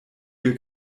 dir